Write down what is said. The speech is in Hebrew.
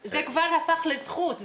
זה כבר הפך לזכות,